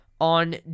On